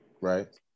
Right